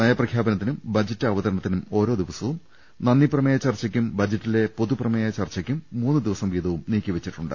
നയ പ്രഖ്യാപനത്തിനും ബജറ്റ് അവതരണത്തിനും ഓരോ ദിവസവും നന്ദി പ്രമേയ ചർച്ചക്കും ബജറ്റിലെ പൊതു പ്രമേയ ചർച്ചക്കും മൂന്ന് ദിവസം വീതവും നീക്കി വെച്ചിട്ടുണ്ട്